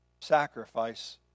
sacrifice